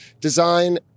design